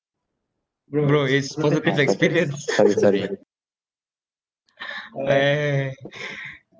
bro it's positive experience ah